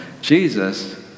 Jesus